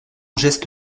geste